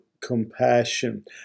compassion